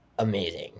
Amazing